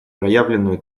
проявленную